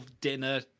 dinner